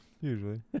Usually